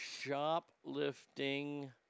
shoplifting